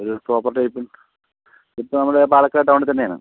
ഒരു പ്രോപ്പർട്ടി ആയിട്ടും ഇപ്പം നമ്മൾ പാലക്കാട് ടൗണിൽ തന്നെയാണ്